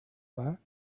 back